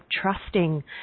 trusting